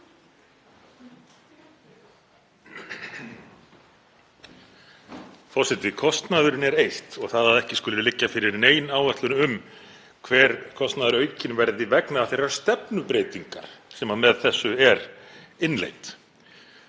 Forseti. Kostnaðurinn er eitt atriði og það að ekki skuli liggja fyrir nein áætlun um hver kostnaðaraukinn verður vegna þeirrar stefnubreytingar sem með þessu er innleidd.